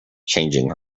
changing